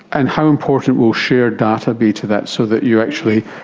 and how important will shared data be to that, so that you actually,